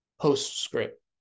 Postscript